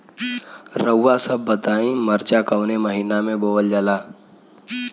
रउआ सभ बताई मरचा कवने महीना में बोवल जाला?